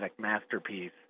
masterpiece